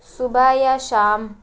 صبح یا شام